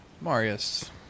Marius